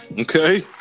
Okay